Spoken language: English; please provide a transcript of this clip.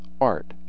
art